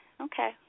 Okay